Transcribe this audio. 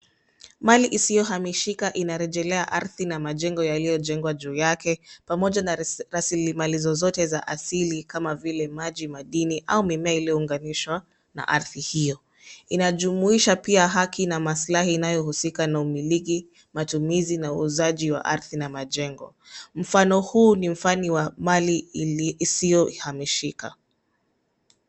Mali isiyohamishika inarejelea ardhi na majengo yaliyojengwa juu yake, pamoja na rasilimali zozote za asili kama vile maji, madini au mimea iliyounganishwa na ardhi hio. Inajumuisha pia haki na maslahi inayohusika na umiliki, matumizi na uuzaji wa ardhi na majengo. Mfano huu ni mfani wa mali isiyohamishika.